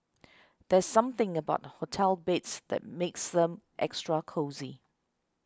there's something about hotel beds that makes them extra cosy